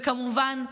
וכמובן,